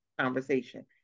conversation